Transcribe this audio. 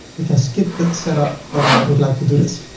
you can skip the setup. but i would like to do this.